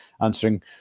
answering